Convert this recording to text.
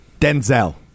Denzel